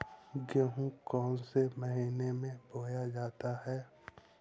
गेहूँ कौन से महीने में बोया जाता है?